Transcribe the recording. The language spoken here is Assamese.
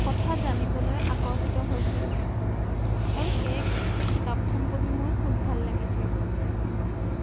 কথা জানিবলৈ আকৰ্ষিত হৈছিলোঁ আৰু সেয়ে সেই কিতাপখন পঢ়ি মোৰ খুব ভাল লাগিছিল